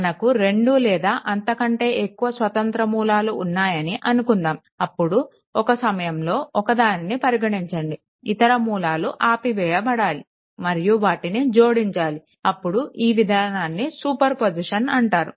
మనకు 2 లేదా అంతకంటే ఎక్కువ స్వతంత్ర మూలాలు ఉన్నాయని అనుకుందాం అప్పుడు ఒక సమయంలో ఒకదానిని పరిగణించండి ఇతర మూలాలు ఆపివేయబడాలి మరియు వాటిని జోడించాలి అప్పుడు ఈ విధానాన్ని సూపర్ పొజిషన్ అంటారు